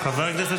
חבר הכנסת